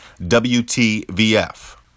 WTVF